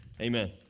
Amen